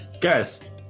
guys